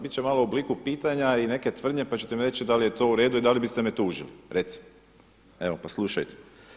Bit će malo u obliku pitanja i neke tvrdnje pa ćete mi reći da li je to u redu i da li biste me tužili recimo, pa slušajte.